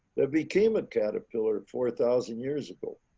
that became a caterpillar four thousand years ago.